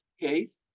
case